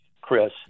Chris